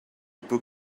book